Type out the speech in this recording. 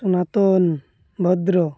ସନାତନ ଭଦ୍ର